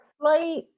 slight